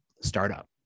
startup